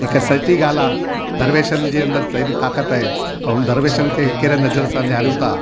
हिक सच्ची ॻाल्हि आहे दरवेशनि जे अंदरि त एॾी ताक़तु आहे पर हुन दरवेश खे कहिड़े नज़र सां निहारियूं था